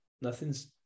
nothing's